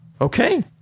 okay